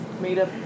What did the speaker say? made-up